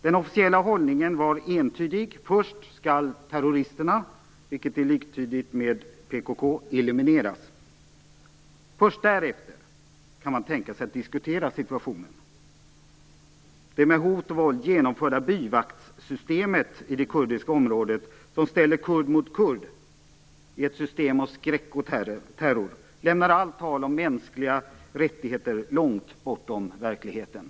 Den officiella hållningen var entydig. Först skall terroristerna - vilket är liktydigt med PKK - elimineras. Först därefter kan man tänka sig att diskutera situationen. Det med hot och våld genomförda byvaktssystemet i det kurdiska området som ställer kurd mot kurd är ett system av skräck och terror som lämnar allt tal om mänskliga rättigheter långt bortom verkligheten.